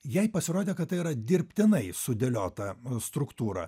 jai pasirodė kad tai yra dirbtinai sudėliota struktūra